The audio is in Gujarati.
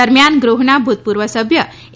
દરમિયાન ગૃહના ભૂત પૂર્વ સભ્ય એ